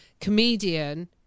comedian